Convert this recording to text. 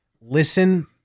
listen